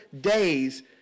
days